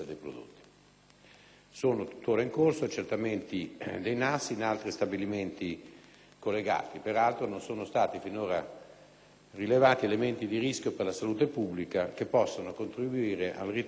Sono tuttora in corso accertamenti dei NAS in altri stabilimenti collegati; peraltro non sono stati finora rilevati elementi di rischio per la salute pubblica che possano costituire motivo